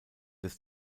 des